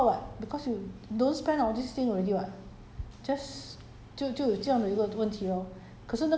no I only buy ice cream leh the but ya lah but you never go out what because you don't spend on all these things already [what]